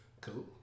Cool